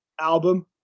album